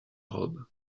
robe